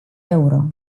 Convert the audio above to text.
euro